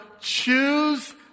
choose